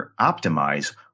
optimize